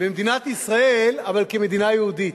במדינת ישראל, אבל כמדינה יהודית.